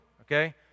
okay